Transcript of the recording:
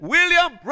William